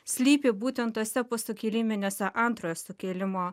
slypi būtent tose posukiliminėse antrojo sukėlimo